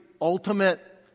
ultimate